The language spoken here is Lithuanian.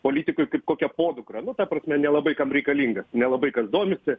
politikoj kaip kokia podukra nu ta prasme nelabai kam reikalingas nelabai kas domisi